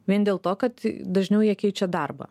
vien dėl to kad dažniau jie keičia darbą